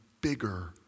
bigger